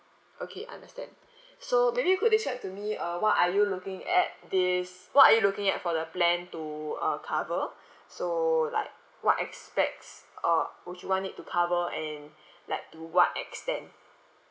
okay understand so maybe you could describe to me uh what are you looking at this what are you looking at for the plan to uh cover so like what aspects uh would you want it to cover and like to what extent